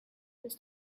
this